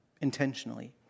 intentionally